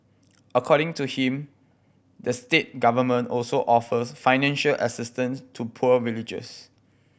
according to him the state government also offers financial assistance to poor villagers